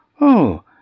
Oh